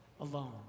alone